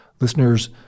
listeners